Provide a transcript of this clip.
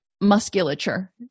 musculature